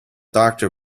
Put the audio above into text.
doctor